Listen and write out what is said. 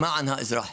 למען האזרח.